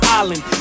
island